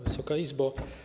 Wysoka Izbo!